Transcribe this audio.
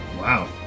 Wow